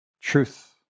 truth